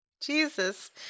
Jesus